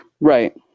Right